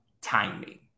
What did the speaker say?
timing